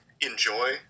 enjoy